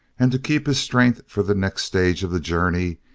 and to keep his strength for the next stage of the journey,